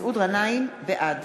בעד